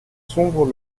sombre